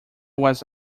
was